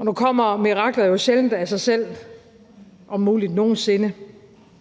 Nu kommer mirakler jo sjældent af sig selv, om muligt nogen sinde,